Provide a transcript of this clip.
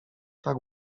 tak